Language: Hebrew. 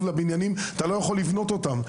לבניינים אתה לא יכול לבנות אותם.